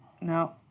No